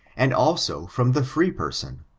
and also from the fr-ee person.